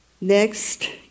next